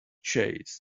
chase